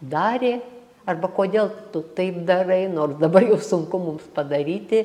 darė arba kodėl tu taip darai nors dabar jau sunku mums padaryti